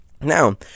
Now